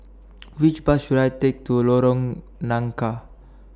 Which Bus should I Take to Lorong Nangka